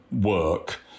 work